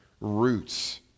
roots